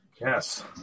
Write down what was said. Yes